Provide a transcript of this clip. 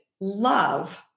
love